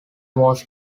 was